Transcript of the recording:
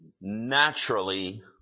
naturally